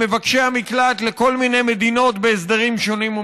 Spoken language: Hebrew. הפלסטינית בזיקה לטרור מהכספים המועברים אליה מממשלת ישראל,